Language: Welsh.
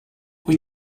wyt